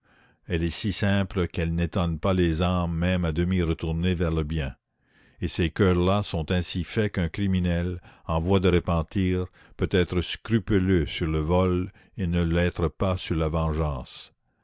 elle est si simple qu'elle n'étonne pas les âmes même à demi retournées vers le bien et ces coeurs là sont ainsi faits qu'un criminel en voie de repentir peut être scrupuleux sur le vol et ne l'être pas sur la vengeance